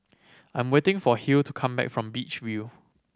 I'm waiting for Hill to come back from Beach View